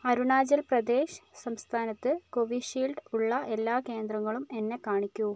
അരുണാചൽ പ്രദേശ് സംസ്ഥാനത്ത് കോവിഷീൽഡ് ഉള്ള എല്ലാ കേന്ദ്രങ്ങളും എന്നെ കാണിക്കൂ